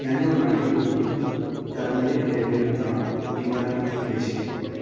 কেন Nutty Yogi turmeric ল্যাটারের দাম এমআরপির থেকে বেশি